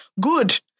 good